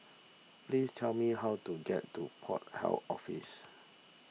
please tell me how to get to Port Health Office